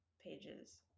pages